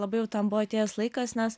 labai jau tam buvo atėjęs laikas nes